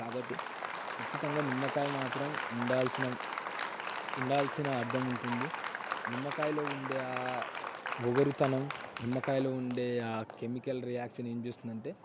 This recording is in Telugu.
కాబట్టి ఖచ్చితంగా నిమ్మకాయ మాత్రం ఉండాల్సిన ఉండాల్సిన అర్దం ఉంటుంది నిమ్మకాయలో ఉండే ఆ ఒగరుతనం నిమ్మకాయలో ఉండే ఆ కెమికల్ రియాక్షన్ ఏం చేస్తుందంటే